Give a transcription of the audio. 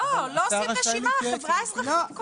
אנחנו חושבים שלא צריך להיות קשר בין רמות התמיכה לסוג השירותים.